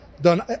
done